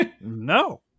No